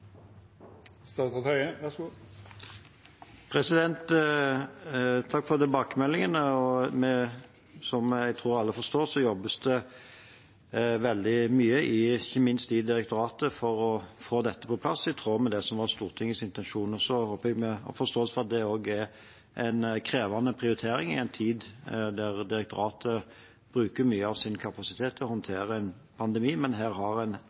Takk for tilbakemeldingene. Som jeg tror alle forstår, jobbes det veldig mye, ikke minst i direktoratet, for å få dette på plass, i tråd med det som var Stortingets intensjon. Jeg håper en har forståelse for at det også er en krevende prioritering, i en tid da direktoratet bruker mye av sin kapasitet til å håndtere en pandemi. Men en har